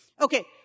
Okay